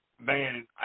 man